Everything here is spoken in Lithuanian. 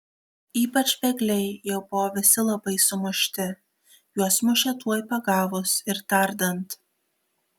ypač bėgliai jau buvo visi labai sumušti juos mušė tuoj pagavus ir tardant